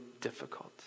difficult